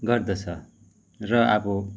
गर्दछ र अब